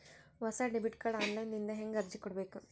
ಹೊಸ debit card online ದಿಂದ ಹೇಂಗ ಅರ್ಜಿ ಕೊಡಬೇಕು?